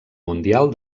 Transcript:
mundial